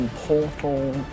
Portal